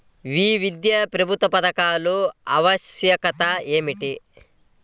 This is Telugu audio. వివిధ ప్రభుత్వ పథకాల ఆవశ్యకత ఏమిటీ?